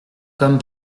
comme